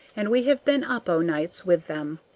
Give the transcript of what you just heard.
and we have been up o' nights with them.